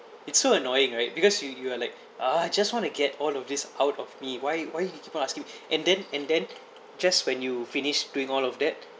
it's so annoying right because you you are like ugh just want to get all of this out of me why why you keep on asking and then and then just when you finished doing all of that